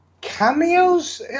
cameos